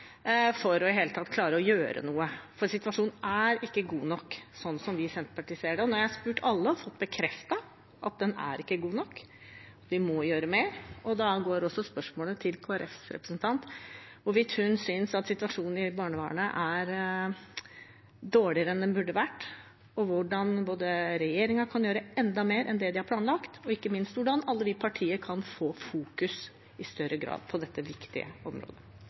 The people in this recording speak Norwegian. for i det hele tatt å klare å gjøre noe, for situasjonen er ikke god nok – slik vi i Senterpartiet ser det. Nå har jeg spurt alle og fått bekreftet at den ikke er god nok. Vi må gjøre mer. Da er spørsmålet til Kristelig Folkepartis representant: Hvis hun synes at situasjonen i barnevernet er dårligere enn den burde vært, hvordan kan da regjeringen gjøre enda mer enn de har planlagt, og ikke minst hvordan kan alle partier fokusere i større grad på dette viktige området?